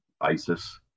ISIS